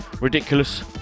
Ridiculous